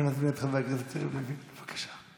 אני מזמין את חבר הכנסת יריב לוין, בבקשה.